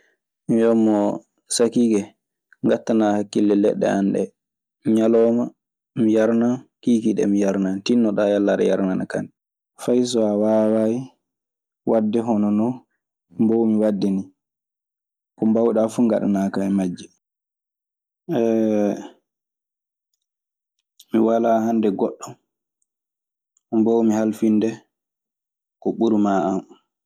Mi wiyan mo "sakiike, ngaɗtanaa hakkille leɗɗe an ɗee. Ñalawma mi yarnan, kiikiiɗe mi yarnan. Tinnoo faa yalla aɗe yarnana kan ɗe. Fay so a waawaayi waɗde hono no mboowmi waɗde nii. Ko mbaawɗaa fuu ngaɗanaa kan e majje. Mi walaa hannde goɗɗo mo mbawmi halfinde ko ɓuri maa an."